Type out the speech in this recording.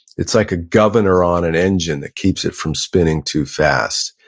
it's like a governor on an engine that keeps it from spinning too fast.